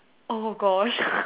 oh gosh